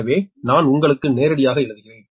எனவே நான் உங்களுக்கு நேரடியாக எழுதுகிறேன்